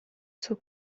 suo